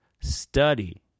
Study